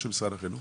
או של משרד החינוך?